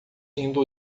rindo